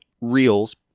reels